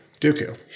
Dooku